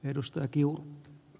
edustaja tulossa